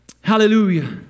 Hallelujah